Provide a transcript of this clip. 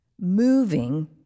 Moving